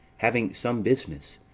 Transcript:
having some business,